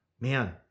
Man